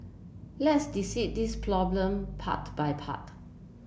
let's this problem part by part